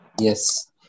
yes